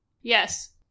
Yes